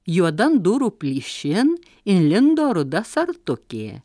juodan durų plyšin įlindo ruda sartukė